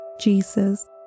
Jesus